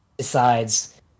decides